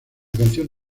canción